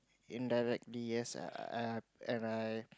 indirectly yes uh and I